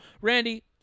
Randy